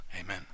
Amen